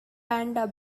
panda